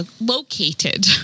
located